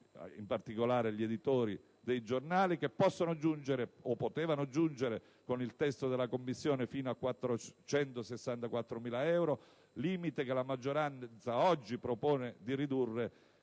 (in particolare gli editori dei giornali), che possono giungere - o potevano, secondo il testo della Commissione - fino a 464.000 euro, limite massimo che la maggioranza oggi propone di ridurre